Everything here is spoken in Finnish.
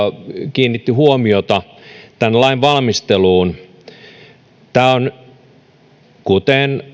kiinnitti huomiota tämän lain valmisteluun tämä on kuten